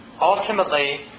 Ultimately